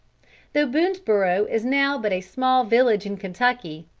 though boonesborough is now but a small village in kentucky,